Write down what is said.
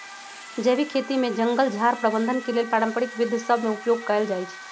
जैविक खेती में जङगल झार प्रबंधन के लेल पारंपरिक विद्ध सभ में उपयोग कएल जाइ छइ